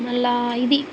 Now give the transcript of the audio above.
మళ్ళీ ఇది